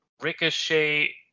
Ricochet